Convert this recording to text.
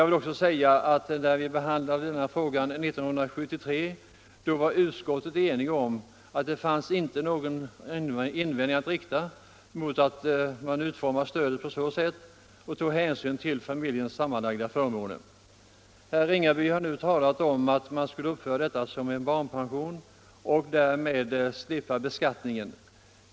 När utskottet behandlade denna fråga 1973 uttalade utskottet också enhälligt att man inte kunde rikta någon invändning mot att stödet utformades så att hänsyn togs till familjens sammanlagda förmåner. Herr Ringaby talade nu för att man skulle utforma stödet som en barnpension och därmed slippa beskattningen.